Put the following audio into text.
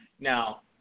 Now